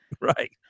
right